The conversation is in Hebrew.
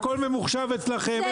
הכול ממוחשב אצלכם,